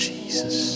Jesus